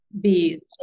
bees